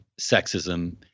sexism